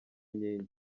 inkingi